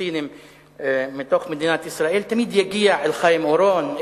פלסטינים בתוך מדינת ישראל יגיע אל חיים אורון,